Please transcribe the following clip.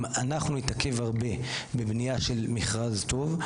אם אנחנו נתעכב הרבה בבנייה של מכרז טוב,